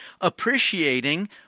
appreciating